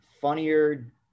funnier